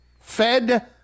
Fed